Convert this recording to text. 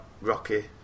rocky